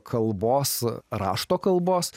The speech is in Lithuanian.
kalbos rašto kalbos